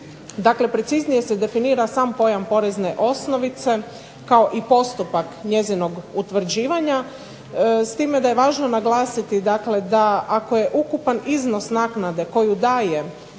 Dakle preciznije se definira sam pojam porezne osnovice, kao i postupak njezinog utvrđivanja, s time da je važno naglasiti dakle da ako je ukupan iznos naknade koju daje